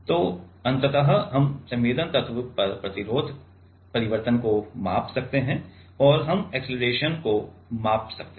तो अंततः हम संवेदन तत्व पर प्रतिरोध परिवर्तन को माप सकते हैं और हम अक्सेलरेशन को माप सकते हैं